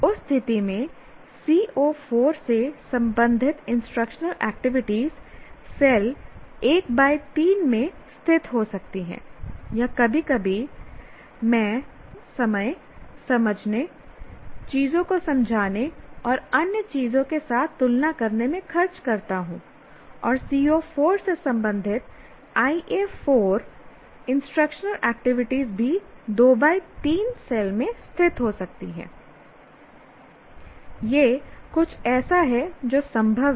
उस स्थिति में CO 4 से संबंधित इंस्ट्रक्शनल एक्टिविटीज सेल 13 में स्थित हो सकती है या कभी कभी मैं समय समझने चीजों को समझाने और अन्य चीजों के साथ तुलना करने में खर्च करता हूं और CO 4 से संबंधित IA 4 इंस्ट्रक्शनल एक्टिविटीज भी 23 सेल में स्थित हो सकती हैं यह कुछ ऐसा है जो संभव है